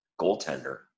goaltender